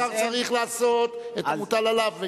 השר צריך לעשות את המוטל עליו,